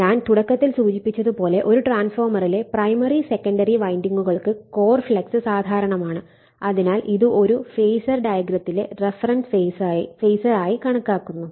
ഞാൻ തുടക്കത്തിൽ സൂചിപ്പിച്ചത് പോലെ ഒരു ട്രാൻസ്ഫോർമറിലെ പ്രൈമറി സെക്കണ്ടറി വൈൻഡിംഗുകൾക്ക് കോർ ഫ്ലക്സ് സാധാരണമാണ് അതിനാൽ ഇത് ഒരു ഫേസർ ഡയഗ്രത്തിലെ റഫറൻസ് ഫേസറായി കണക്കാക്കുന്നു